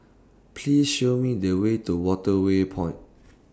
Please Show Me The Way to Waterway Point